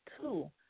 two